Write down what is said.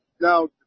Now